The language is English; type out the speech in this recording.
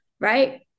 Right